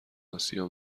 آسیا